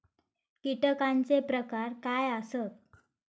कीटकांचे प्रकार काय आसत?